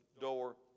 door